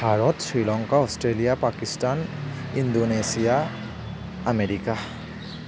Bharat Sri Lanka Australia Pakistan Indonesia America